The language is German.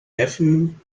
neffen